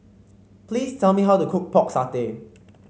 please tell me how to cook Pork Satay